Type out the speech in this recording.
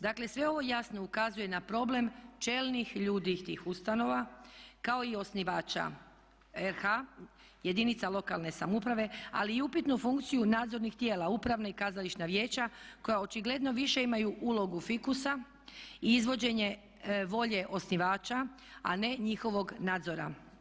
Dakle, sve ovo jasno ukazuje na problem čelnih ljudi tih ustanova kao i osnivača RH, jedinica lokalne samouprave ali i upitnu funkciju nadzornih tijela upravna i kazališna vijeća koja očigledno više imaju ulogu fikusa i izvođenje volje osnivača a ne njihovog nadzora.